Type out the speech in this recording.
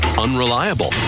unreliable